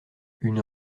une